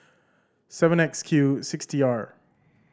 seven X Q six T R